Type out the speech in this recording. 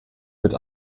mit